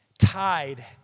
Tied